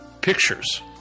pictures